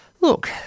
look